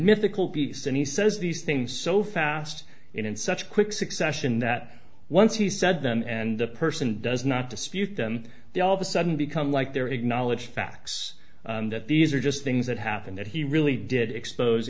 mythical peace and he says these things so fast in such quick succession that once he said them and the person does not dispute them they all of a sudden become like their acknowledged facts that these are just things that happened that he really did expose